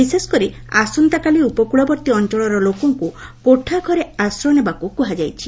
ବିଶେଷକରି ଆସନ୍ତାକାଲି ଉପକୁଳବର୍ତ୍ତୀ ଅଞ୍ଚଳର ଲୋକଙ୍କୁ କୋଠାଘରେ ଆଶ୍ର୍ୟ ନେବାକୁ କୁହାଯାଇଛି